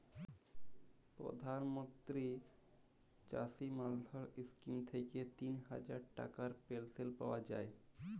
পরধাল মলত্রি চাষী মাল্ধাল ইস্কিম থ্যাইকে তিল হাজার টাকার পেলশল পাউয়া যায়